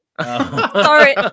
Sorry